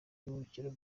buruhukiro